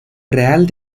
real